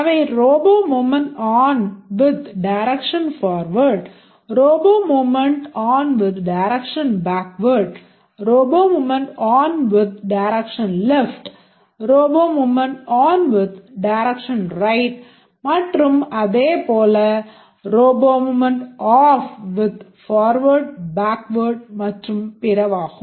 அவை robot movement on with direction forward robot movement on with direction backward robot movement on with direction left robot movement on with direction rightமற்றும் அதேபோல் robot movement off with forward backward மற்றும் பிறவாகும்